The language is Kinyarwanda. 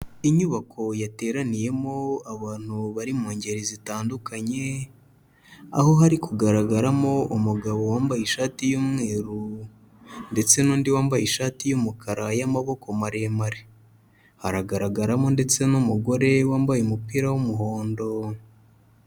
Inyubako yateraniyemo abantu bari mu ngeri zitandukanye, aho hari kugaragaramo umugabo wambaye ishati y'umweru ndetse n'undi wambaye ishati y'umukara y'amaboko maremare, hagaragaramo ndetse n'umugore wambaye umupira w'umuhondo.